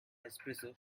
espresso